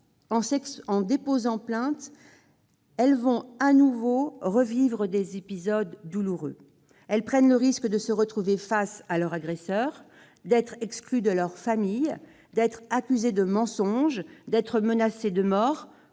en déposant plainte, elles vont revivre les épisodes douloureux. Elles prennent le risque de se retrouver face à leur agresseur, d'être exclues de leur famille, accusées de mensonge, menacées de mort.